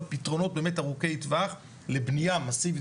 פתרונות ארוכי טווח לבנייה מאסיבית,